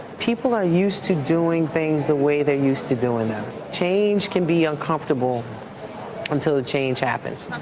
people are used to doing things the way they're used to doing them. change can be uncomfortable until the change happens.